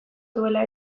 dutela